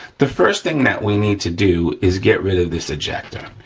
the first thing that we need to do is get rid of this ejector,